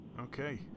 Okay